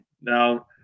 now